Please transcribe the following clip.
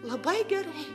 labai gerai